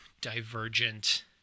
divergent